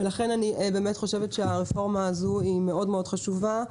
ולכן אני חושבת שהרפורמה הזו חשובה מאוד,